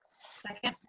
second.